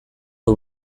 geu